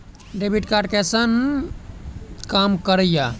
Debit card कैसन काम करेया?